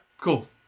Cool